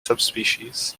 subspecies